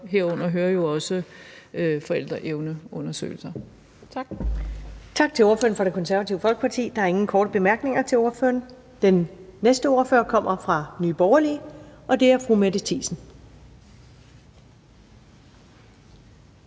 19:43 Første næstformand (Karen Ellemann): Tak til ordføreren for Det Konservative Folkeparti. Der er ingen korte bemærkninger til ordføreren. Den næste ordfører kommer fra Nye Borgerlige, og det er fru Mette Thiesen.